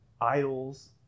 idols